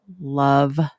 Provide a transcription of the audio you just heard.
Love